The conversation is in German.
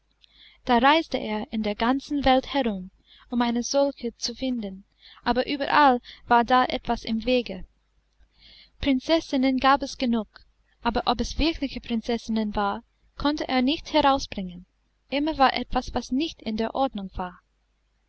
da reiste er in der ganzen welt herum um eine solche zu finden aber überall war da etwas im wege prinzessinnen gab es genug aber ob es wirkliche prinzessinnen waren konnte er nicht herausbringen immer war etwas was nicht in der ordnung war